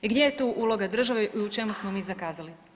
I gdje je tu uloga države i u čemu smo mi zakazali?